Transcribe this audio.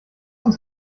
uns